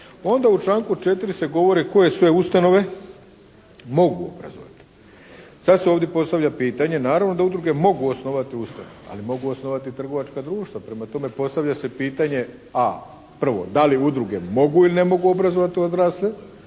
Onda u članku 4. se govori koje sve ustanove mogu obrazovati. Sad se postavlja pitanje, naravno da udruge mogu osnovati ustanove, ali mogu osnovati i trgovačka društva. Prema tome postavlja se pitanje, A), prvo, da li udruge mogu ili ne mogu obrazovati odrasle